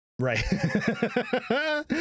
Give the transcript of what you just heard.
Right